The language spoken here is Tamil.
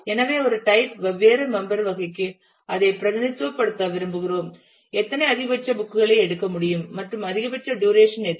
எனவே ஒரு டைப் வெவ்வேறு மெம்பர் வகைக்கு அதை பிரதிநிதித்துவப்படுத்த விரும்புகிறோம் எத்தனை அதிகபட்ச புக் களை எடுக்க முடியும் மற்றும் அதிகபட்ச டுரேஷன் எது